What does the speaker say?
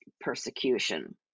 persecution